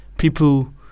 People